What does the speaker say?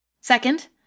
Second